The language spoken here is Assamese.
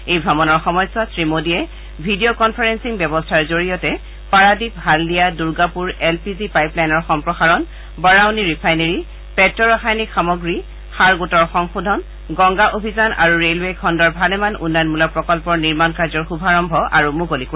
এই ভ্ৰমণৰ সময়ছোৱাত শ্ৰীমোডীয়ে ভি ডি অ কনফাৰেলিং ব্যৱস্থাৰ জৰিয়তে Paradip Haldia Durgapur L P G pipe লাইনৰ সম্প্ৰসাৰণ বাৰাউনী ৰিফাইনেৰী পেট্ট ৰাসায়নিক সামগ্ৰী সাৰ গোটৰ সংশোধন গংগা অভিযান আৰু ৰেলৱে খণুৰ ভালেমান উন্নয়নমূলক প্ৰকল্পৰ নিৰ্মাণ কাৰ্যৰ শুভাৰম্ভ আৰু মুকলি কৰিব